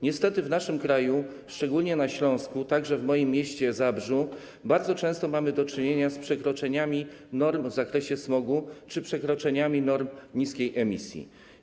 Niestety w naszym kraju, szczególnie na Śląsku, także w moim mieście Zabrzu, bardzo często mamy do czynienia z przekroczeniami norm w zakresie smogu czy przekroczeniami norm niskiej emisji.